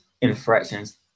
infractions